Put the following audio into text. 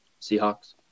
Seahawks